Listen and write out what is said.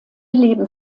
leben